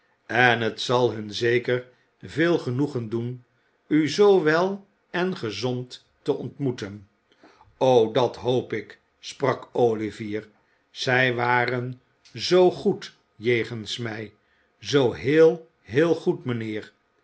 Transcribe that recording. en het zal hun zeker veel genoegen doen u zoo wel en gezond te ontmoeten o dat hoop ik sprak olivier zij waren zoo goed jegens mij zoo heel heel goed mijnheer